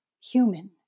human